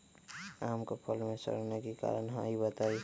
आम क फल म सरने कि कारण हई बताई?